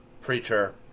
preacher